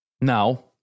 Now